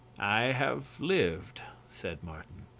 i have lived, said martin.